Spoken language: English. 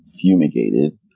fumigated